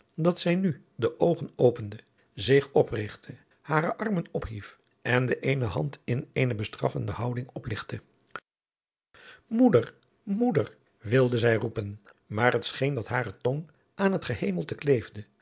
dat zij nu de oogen opende zich oprigtte hare armen ophief en de ééne hand in eene bestraffende houding opligtte moeder moeder wilde zij roepen maar het scheen dat hare tong aan het gehemelte kleefde